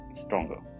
stronger